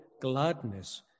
gladness